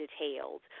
details